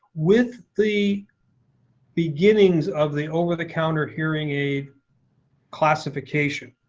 with the beginnings of the over the counter hearing aid classification,